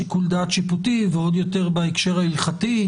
שיקול דעת שיפוטי ועוד יותר בהקשר ההלכתי,